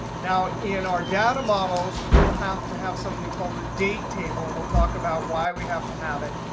now in our data models, we'll have to have something called a date table. and we'll talk about why we have to have it,